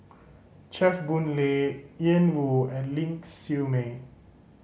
Chew Boon Lay Ian Woo and Ling Siew May